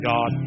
God